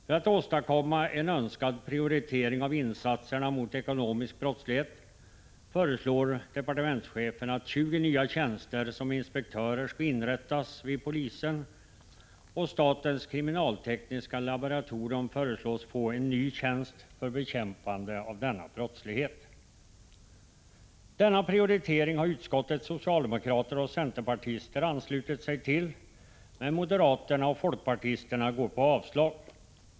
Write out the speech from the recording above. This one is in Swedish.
För att åstadkomma en önskad prioritering av insatserna mot ekonomisk brottslighet föreslår departementschefen att 20 nya tjänster som inspektörer skall inrättas vid polisen. Statens kriminaltekniska laboratorium föreslås få en ny tjänst för bekämpande av denna brottslighet. Denna prioritering har utskottets socialdemokrater och centerpartister anslutit sig till, men moderaterna och folkpartisterna förordar avslag.